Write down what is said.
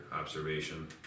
observation